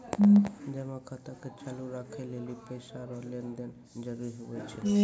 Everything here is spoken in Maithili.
जमा खाता के चालू राखै लेली पैसा रो लेन देन जरूरी हुवै छै